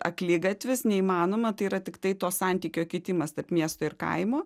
akligatvis neįmanoma tai yra tiktai to santykio kitimas tarp miesto ir kaimo